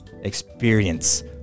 experience